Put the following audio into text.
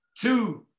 Two